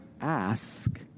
ask